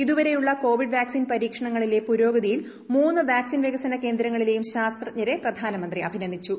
ഇതുവരെയുള്ള covid vaccine പരീക്ഷണങ്ങളിലെ പുരോഗതിയിൽ മൂന്ന് വാക്സിൻ വികസന കേന്ദ്രങ്ങളിലെയും ശാസ്ത്രജ്ഞരെ പ്രധാനമന്ത്രി അഭിനന്ദിച്ചു